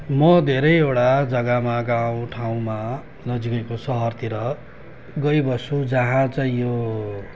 म धेरैवटा जग्गामा गाउँ ठाउँमा नजिकैको सहरतिर गइबस्छु जहाँ चाहिँ यो